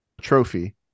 trophy